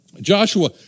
Joshua